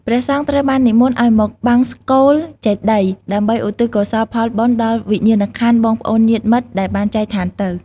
ព្រះសង្ឃត្រូវបាននិមន្តឲ្យមកបង្សុកូលចេតិយ ដើម្បីឧទ្ទិសកុសលផលបុណ្យដល់វិញ្ញាណក្ខន្ធបងប្អូនញាតិមិត្តដែលបានចែកឋានទៅ។